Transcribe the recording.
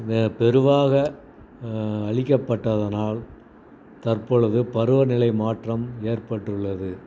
இந்த பெருவாக அழிக்கப்பட்டதுனால் தற்பொழுது பருவநிலை மாற்றம் ஏற்பட்டுள்ளது